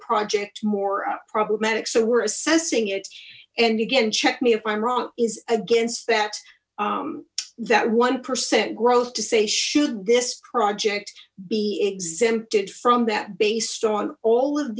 project more problematic so we're assessing and again check me if i'm wrong is against that that one percent growth to say should this project be exempted from that based on all of